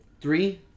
Three